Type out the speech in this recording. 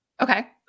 Okay